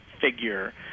figure